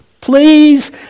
Please